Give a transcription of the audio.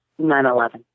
9-11